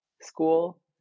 school